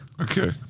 Okay